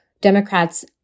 Democrats